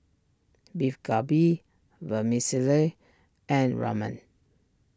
Beef Galbi Vermicelli and Ramen